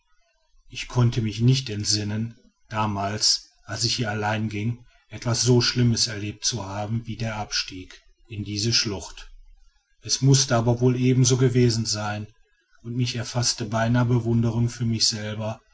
ich konnte mich nicht entsinnen damals als ich hier allein ging etwas so schlimmes erlebt zu haben wie der abstieg in dieser schlucht es mußte aber wohl ebenso gewesen sein und mich erfaßte beinahe bewunderung für mich selber